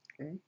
Okay